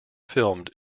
filmed